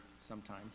sometime